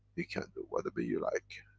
you can do whatever you like,